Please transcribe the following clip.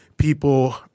People